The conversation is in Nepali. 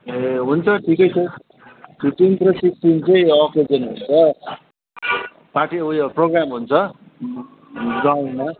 ए हुन्छ ठिकै छ सिक्किम चाहिँ अब् सिजन हुन्छ पार्टी उयो प्रोग्राम हुन्छ गाउँमा